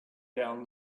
down